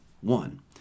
one